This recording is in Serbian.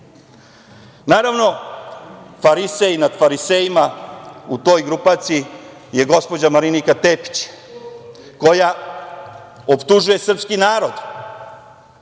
farisej nad farisejima u toj grupaciji je gospođa Marinika Tepić, koja optužuje srpski narod,